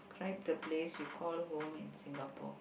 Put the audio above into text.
write the place you call home in Singapore